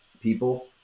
people